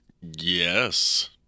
Yes